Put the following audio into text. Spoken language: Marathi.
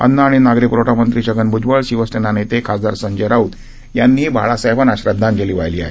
अन्न आणि नागरी प्रवठामंत्री छगन भूजबळ शिवसेना नेते खासदार संजय राऊत यांनीही बाळासाहेबांना श्रदधांजली वाहिली आहे